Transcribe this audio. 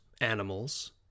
animals